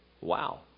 Wow